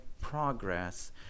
progress